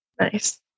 Nice